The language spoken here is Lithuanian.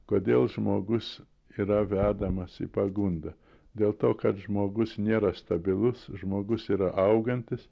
kodėl žmogus yra vedamas į pagundą dėl to kad žmogus nėra stabilus žmogus yra augantis